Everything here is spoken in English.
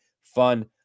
fun